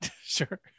Sure